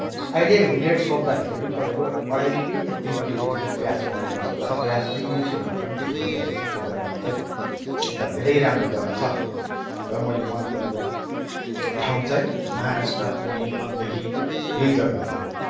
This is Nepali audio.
अहिले रेट सोद्धाखेरि पनि तपाईँको अढाई रुपियाँ या तिन रुपियाँ केजी चाहिँ प्याज पाउने गर्छ तर प्याज पनि मुठी भन्दा ठुलठुलो हुन्छ त्यो जग्गामा चाहिँ अनि त धेरै राम्रो जग्गा छ र मैले मनपरेको ठाउँ चाहिँ महाराष्ट्र पुणे अँधेरी यहीँ जग्गाहरू हो